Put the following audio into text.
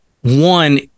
one